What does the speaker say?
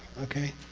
okay?